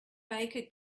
baker